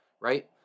right